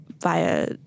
via